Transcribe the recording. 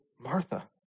Martha